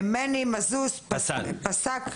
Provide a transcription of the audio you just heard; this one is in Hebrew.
אשר, אתה זכית בבית משפט ומני מזוז פסק לרעתכם.